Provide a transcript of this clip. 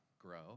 grow